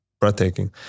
breathtaking